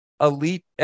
elite